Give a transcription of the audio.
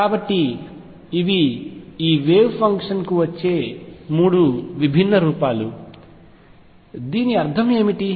కాబట్టి ఇవి ఈ వేవ్ ఫంక్షన్ కు వచ్చే మూడు విభిన్న రూపాలు మరియు దీని అర్థం ఏమిటి